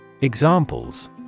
Examples